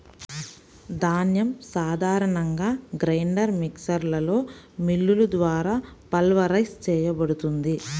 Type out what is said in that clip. ధాన్యం సాధారణంగా గ్రైండర్ మిక్సర్లో మిల్లులు ద్వారా పల్వరైజ్ చేయబడుతుంది